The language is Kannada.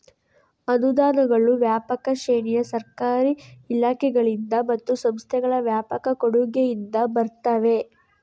ಅನುದಾನಗಳು ವ್ಯಾಪಕ ಶ್ರೇಣಿಯ ಸರ್ಕಾರಿ ಇಲಾಖೆಗಳಿಂದ ಮತ್ತು ಸಂಸ್ಥೆಗಳ ವ್ಯಾಪಕ ಕೊಡುಗೆಯಿಂದ ಬರುತ್ತವೆ